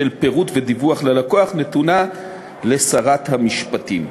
של פירוט ודיווח ללקוח, נתונה לשרת המשפטים.